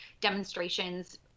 demonstrations